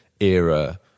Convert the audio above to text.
era